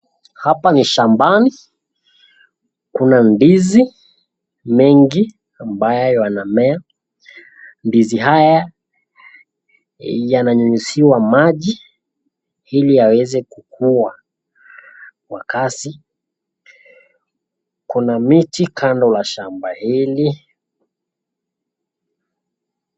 Hapa ni shambani, kuna ndizi mengi ambayo yanamea, ndizi haya yananyunyiziwa maji ili yaweze kukua kwa kasi kuna miti kando ya shamba hili.